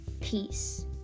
peace